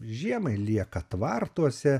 žiemai lieka tvartuose